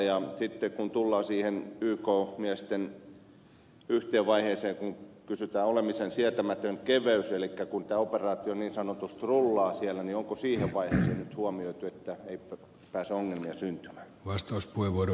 sitten kun tullaan siihen yk miesten yhteen vaiheeseen kun kysytään olemisen sietämätöntä keveyttä eli kun tämä operaatio niin sanotusti rullaa siellä niin onko siihen vaiheeseen kiinnitetty huomiota että ei pääse ongelmia syntymään